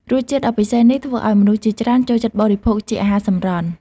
រសជាតិដ៏ពិសេសនេះធ្វើឲ្យមនុស្សជាច្រើនចូលចិត្តបរិភោគជាអាហារសម្រន់។